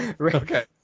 okay